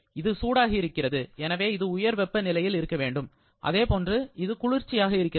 இது சூடாக இருக்கிறது எனவே இது உயர் வெப்ப நிலையில் இருக்க வேண்டும் அதேபோன்று இது குளிர்ச்சியாக இருக்கிறது